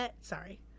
Sorry